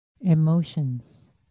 emotions